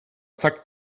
zack